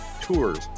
Tours